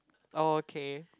oh okay